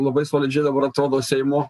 labai solidžiai dabar atrodo seimo